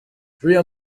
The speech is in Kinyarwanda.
real